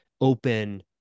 open